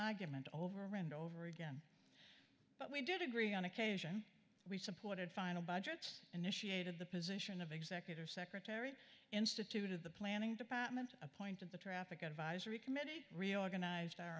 argument over and over it but we did agree on occasion we supported final budgets initiated the position of executive secretary instituted the planning department appointed the traffic advisory committee reorganize